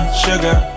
sugar